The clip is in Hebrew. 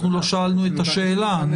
לא שאלנו את השאלה.